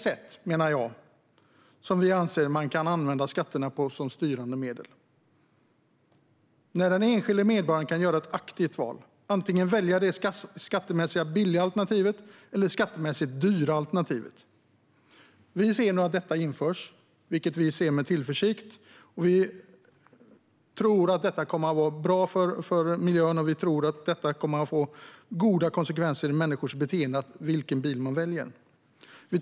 Jag menar att det är ett sätt att använda skatterna som styrande medel. Den enskilda medborgaren kan göra ett aktivt val, antingen välja det skattemässigt billiga alternativet eller det skattemässigt dyra alternativet. Vi ser nu med tillförsikt på att detta införs. Vi tror att det kommer att vara bra för miljön och att det kommer att leda till goda konsekvenser i människors beteende när de väljer bil.